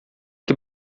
que